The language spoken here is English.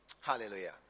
Hallelujah